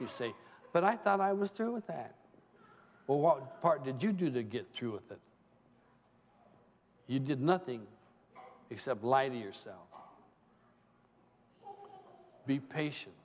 say but i thought i was through with that but what part did you do to get through with it you did nothing except lie to yourself be patient